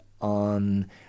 On